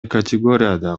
категорияда